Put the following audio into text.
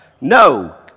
No